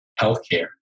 healthcare